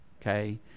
okay